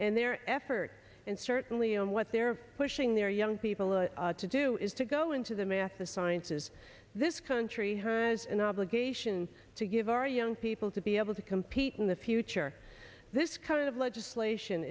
and their effort and certainly and what they're pushing their young people to do is to go into the math and sciences this country has an obligation to give our young people to be able to compete in the future this kind of legislation